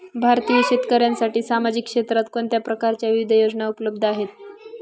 भारतीय शेतकऱ्यांसाठी सामाजिक क्षेत्रात कोणत्या प्रकारच्या विविध योजना उपलब्ध आहेत?